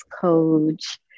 coach